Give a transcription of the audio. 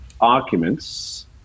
arguments